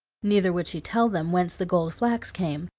neither would she tell them whence the gold flax came,